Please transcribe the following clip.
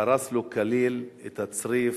והרס לו כליל את הצריף,